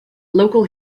local